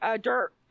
dirt